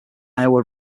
iowa